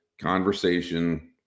conversation